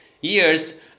years